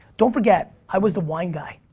don't forget, i was the wine guy